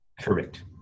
Correct